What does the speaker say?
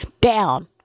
down